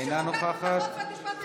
אינה נוכחת.